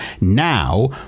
Now